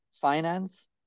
finance